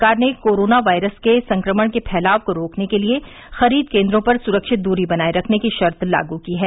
सरकार ने corona virus के संक्रमण के फैलाव को रोकने के लिए खरीद केन्दों पर सुरक्षित दूरी बनाये रखने की शर्त लागू की है